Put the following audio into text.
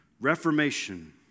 Reformation